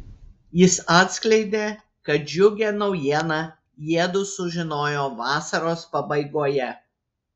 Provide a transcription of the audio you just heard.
jis atskleidė kad džiugią naujieną jiedu sužinojo vasaros pabaigoje